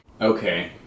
Okay